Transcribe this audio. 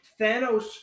Thanos